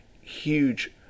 huge